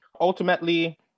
Ultimately